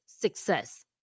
success